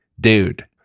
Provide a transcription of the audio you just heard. dude